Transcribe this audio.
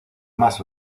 más